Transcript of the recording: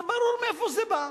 זה ברור מאיפה זה בא.